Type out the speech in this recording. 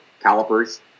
calipers